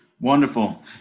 Wonderful